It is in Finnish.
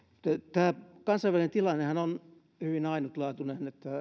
tämä kansainvälinen tilannehan on hyvin ainutlaatuinen